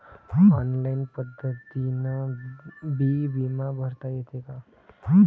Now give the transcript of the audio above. Online पद्धतीनं बी बिमा भरता येते का?